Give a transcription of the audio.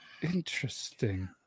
interesting